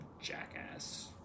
jackass